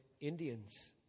Indians